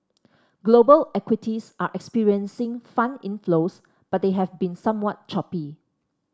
global equities are experiencing fund inflows but they have been somewhat choppy